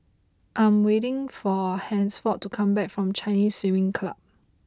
I am waiting for Hansford to come back from Chinese Swimming Club